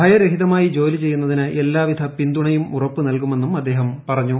ഭയരഹിതമായി ജോലി ചെയ്യുന്നതിന് എല്ലാവിധ പിന്തുണയും ഉറപ്പുനൽകുമെന്നും അദ്ദേഹം പറഞ്ഞു